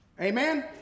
amen